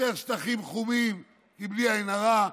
יותר שטחים חומים, כי בלי עין הרע,